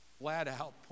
flat-out